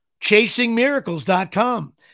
ChasingMiracles.com